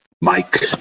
Mike